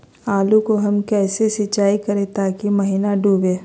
आलू को हम कैसे सिंचाई करे ताकी महिना डूबे?